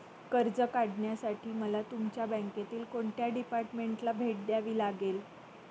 कर्ज घेण्यासाठी मला तुमच्या बँकेतील कोणत्या डिपार्टमेंटला भेट द्यावी लागेल?